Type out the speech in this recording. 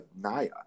Naya